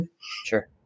Sure